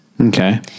Okay